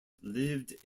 lived